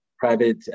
private